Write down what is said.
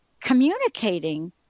communicating